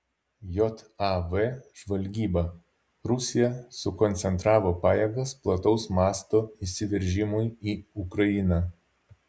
jav žvalgyba rusija sukoncentravo pajėgas plataus mąsto įsiveržimui į ukrainą